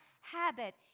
habit